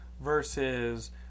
versus